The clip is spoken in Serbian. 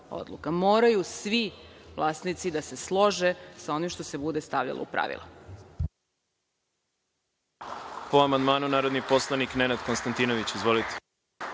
Moraju svi vlasnici da se slože sa onim što se bude stavilo u pravila.